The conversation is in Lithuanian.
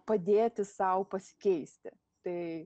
padėti sau pasikeisti tai